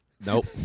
nope